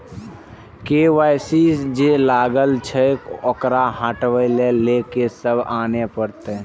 KYC जे लागल छै ओकरा हटाबै के लैल की सब आने परतै?